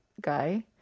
guy